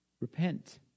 Repent